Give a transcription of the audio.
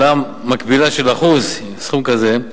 העלאה מקבילה של אחוז סכום כזה,